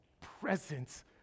presence